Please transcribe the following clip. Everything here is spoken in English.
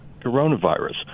coronavirus